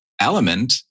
element